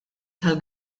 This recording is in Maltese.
tal